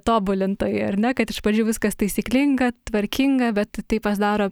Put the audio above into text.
tobulintojai ar ne kad iš pradžių viskas taisyklinga tvarkinga bet tai pasidaro